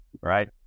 right